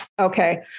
Okay